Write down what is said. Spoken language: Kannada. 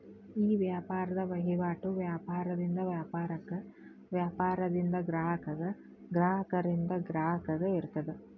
ಈ ವ್ಯಾಪಾರದ್ ವಹಿವಾಟು ವ್ಯಾಪಾರದಿಂದ ವ್ಯಾಪಾರಕ್ಕ, ವ್ಯಾಪಾರದಿಂದ ಗ್ರಾಹಕಗ, ಗ್ರಾಹಕರಿಂದ ಗ್ರಾಹಕಗ ಇರ್ತದ